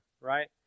right